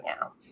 now